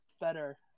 better